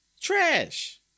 Trash